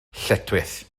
lletchwith